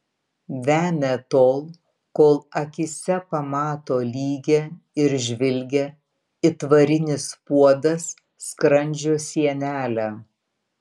vemia tol kol akyse pamato lygią ir žvilgią it varinis puodas skrandžio sienelę